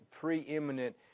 preeminent